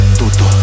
tutto